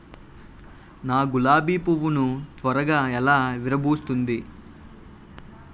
నా గులాబి పువ్వు ను త్వరగా ఎలా విరభుస్తుంది?